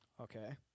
Okay